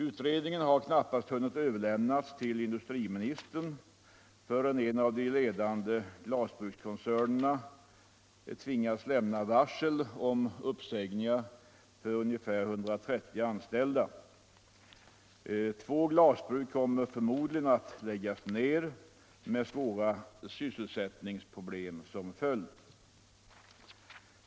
Utredningen har knappast hunnit överlämnas till industriministern förrän en av de ledande glasbrukskoncernerna tvingas lämna varsel om uppsägningar för ungefär 130 anställda. Två glasbruk kommer förmodligen att läggas ner med svåra sysselsättningsproblem som följd.